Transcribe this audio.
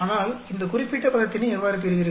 ஆனால் இந்த குறிப்பிட்ட பதத்தினை எவ்வாறு பெறுவீர்கள்